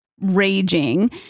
raging